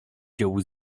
dziełu